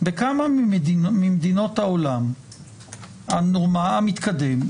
בכמה ממדינות העולם המתקדם,